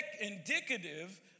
indicative